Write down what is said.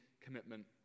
commitment